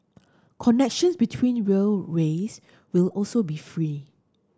connection between rail ways will also be free